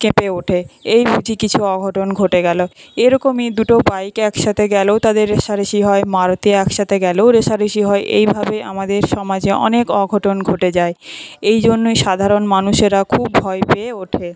কেঁপে ওঠে এই বুঝি কিছু অঘটন ঘটে গেলো এরকমই দুটো বাইক একসাথে গেলেও তাদের রেষারেষি হয় মারুতি একসাথে গেলেও রেষারেষি হয় এইভাবে আমাদের সমাজে অনেক অঘটন ঘটে যায় এই জন্যই সাধারণ মানুষেরা খুব ভয় পেয়ে ওঠে